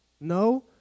No